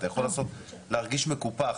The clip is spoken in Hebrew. אתה יכול להרגיש מקופח,